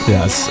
Yes